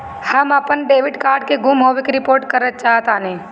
हम अपन debit card के गुम होने की रिपोर्ट करे चाहतानी